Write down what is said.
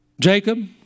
Jacob